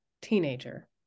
teenager